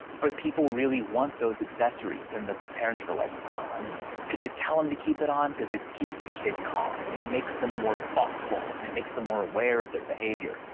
but people really want those accessories. and the parents were like, well, i mean, could you tell them to keep it on? because it keeps the kid calm, and it makes them more thoughtful. and it makes them more aware of their behavior.